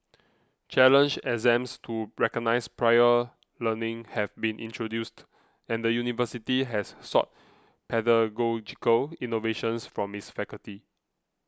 challenge exams to recognise prior learning have been introduced and the university has sought pedagogical innovations from its faculty